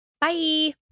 Bye